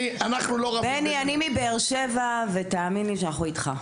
בני אני מבאר שבע ותאמין לי שאנחנו איתך.